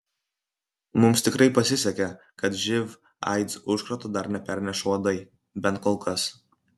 mums tikrai pasisekė kad živ aids užkrato dar neperneša uodai bent kol kas